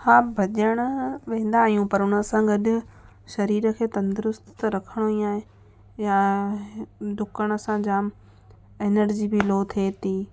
हा भॼण वेंदा आहियूं पर उनसां गॾ शरीर खे तंदुरुस्तु रखणी आहे या ॾुकण सां जाम एनर्जी बि लो थिए थी